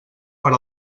per